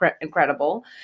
incredible